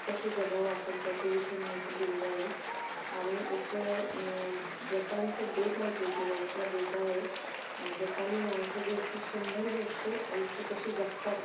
कसं जगावं आपण त्याच्याविषयी माहिती दिलेली आहे आणि एक जपानचं बेट आहे ते इकीगाई त्या बेटावर जपानी माणसं जी आहेत ती शंभर वर्ष आयुष्य कशी जगतात